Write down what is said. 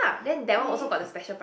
really